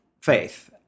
faith